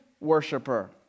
worshiper